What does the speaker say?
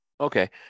Okay